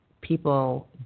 people